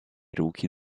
rookie